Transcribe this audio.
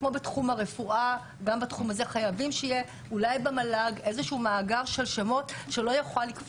כמו בתחום הרפואה גם בתחום הזה חייבים שיהיה במל"ג מאגר של שמות שמרצה